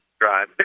drive